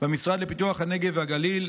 במשרד לפיתוח הנגב והגליל.